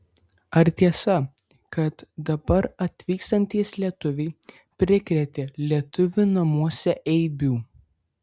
ar tiesa kad dabar atvykstantys lietuviai prikrėtė lietuvių namuose eibių